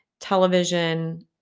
television